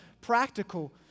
practical